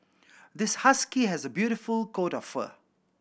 this husky has a beautiful coat of fur